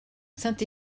saint